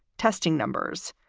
testing numbers,